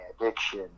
addiction